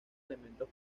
elementos